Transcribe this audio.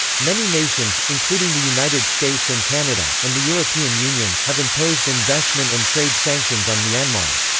many nations, including the united states and canada, and the european union, have imposed investment and trade sanctions on myanmar.